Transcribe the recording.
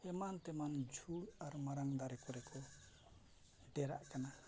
ᱮᱢᱟᱱᱼᱛᱮᱢᱟᱱ ᱡᱷᱩᱲ ᱟᱨ ᱢᱟᱨᱟᱝ ᱫᱟᱨᱮ ᱠᱚᱨᱮ ᱠᱚ ᱰᱮᱨᱟᱜ ᱠᱟᱱᱟ